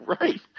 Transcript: right